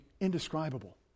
indescribable